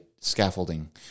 scaffolding